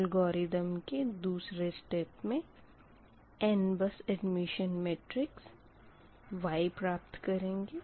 algorithm के दूसरे step में n बस एडमिशन मेट्रिक्स Y प्राप्त करेंगे